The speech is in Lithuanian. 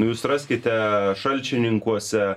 jūs raskite šalčininkuose